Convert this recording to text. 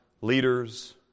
leaders